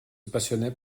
passionnait